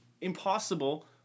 impossible